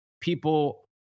people